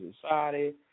society